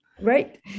Right